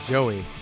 Joey